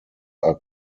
are